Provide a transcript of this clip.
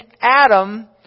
Adam